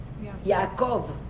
Yaakov